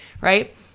Right